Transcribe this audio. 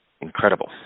incredible